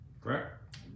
correct